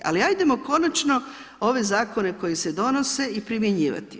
Ali ajdemo konačno ove zakone koji se donose i primjenjivati.